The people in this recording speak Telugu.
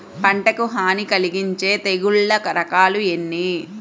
పంటకు హాని కలిగించే తెగుళ్ల రకాలు ఎన్ని?